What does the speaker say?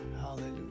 Hallelujah